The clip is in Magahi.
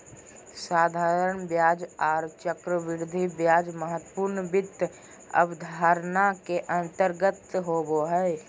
साधारण ब्याज आर चक्रवृद्धि ब्याज महत्वपूर्ण वित्त अवधारणा के अंतर्गत आबो हय